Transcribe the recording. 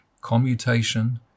commutation